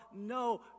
no